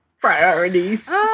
Priorities